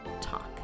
talk